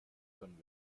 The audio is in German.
können